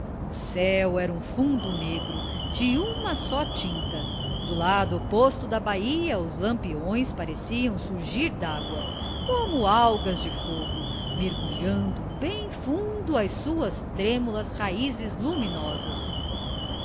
o céu era um fundo negro de uma só tinta do lado oposto da bala os lampiões pareciam surgir dágua como algas de fogo mergulhando bem fundo as suas trêmulas raízes luminosas